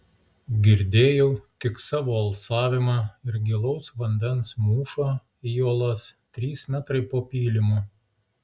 girdėjau tik savo alsavimą ir gilaus vandens mūšą į uolas trys metrai po pylimu